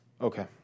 Okay